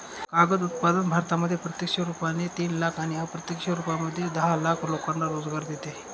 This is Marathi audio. कागद उत्पादन भारतामध्ये प्रत्यक्ष रुपाने तीन लाख आणि अप्रत्यक्ष रूपामध्ये दहा लाख लोकांना रोजगार देतो